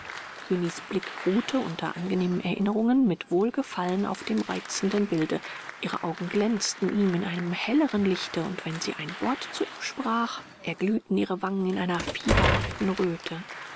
cugny's blick ruhte unter angenehmen erinnerungen mit wohlgefallen auf dem reizenden bilde ihre augen glänzten ihm in einem helleren lichte und wenn sie ein wort zu ihm sprach erglühten ihre wangen in einer fieberhaften röte